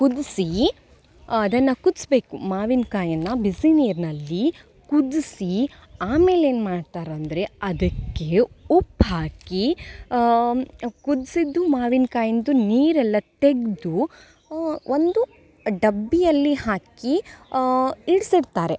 ಕುದಿಸಿ ಅದನ್ನು ಕುದಿಸ್ಬೇಕು ಮಾವಿನ್ಕಾಯನ್ನು ಬಿಸಿ ನೀರಿನಲ್ಲಿ ಕುದಿಸಿ ಆಮೇಲೆ ಏನು ಮಾಡ್ತಾರಂದರೆ ಅದಕ್ಕೆ ಉಪ್ಪು ಹಾಕಿ ಕುದಿಸಿದ್ದು ಮಾವಿನಕಾಯಿಂದು ನೀರೆಲ್ಲ ತೆಗೆದು ಒಂದು ಡಬ್ಬಿಯಲ್ಲಿ ಹಾಕಿ ಇಡಿಸಿರ್ತಾರೆ